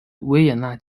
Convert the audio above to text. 维也纳